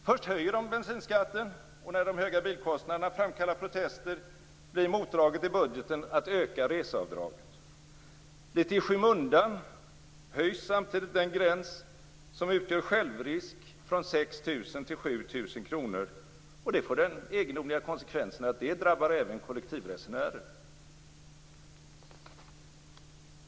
Först höjer de bensinskatten, och när de höga bilkostnaderna framkallar protester, blir motdraget i budgeten att öka reseavdraget. Litet i skymundan höjs samtidigt den gräns som utgör "självrisk" från 6 000 till 7 000 kr, vilket får den egendomliga konsekvensen att det drabbar även kollektivresenärer.